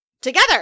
Together